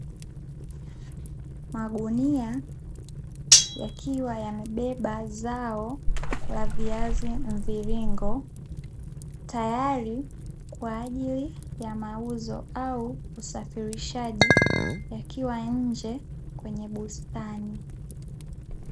Magunia yakiwa yamebeba zao la viazi mviringo tayali kwaajili ya mauzo au usafilishaji yakiwa nje kwenye bustani.